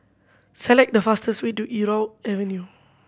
select the fastest way to Irau Avenue